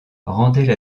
rendaient